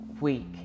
week